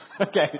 Okay